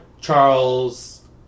Charles